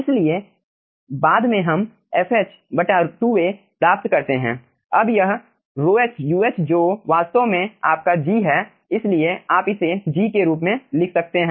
इसलिए बाद में हम fh2A प्राप्त करते हैं अब यह Rhoh Uh जो वास्तव में आपका G है इसलिए आप इसे G के रूप में लिख सकते हैं